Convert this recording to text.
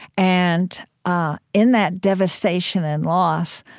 and ah in that devastation and loss,